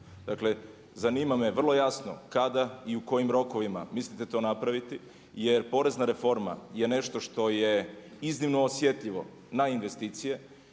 Dakle, zanima me vrlo jasno kada i u kojim rokovima mislite to napraviti jer porezna reforma je nešto što je iznimno osjetljivo na investicije